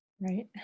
right